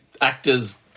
actor's